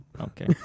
Okay